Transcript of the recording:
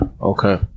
okay